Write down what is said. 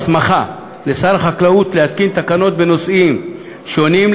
הסמכת שר החקלאות להתקין תקנות בנושאים שונים,